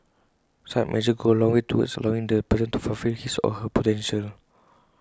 such measures go A long way towards allowing the person to fulfil his or her potential